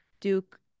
Duke